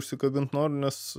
užsikabint noriu nes